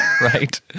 right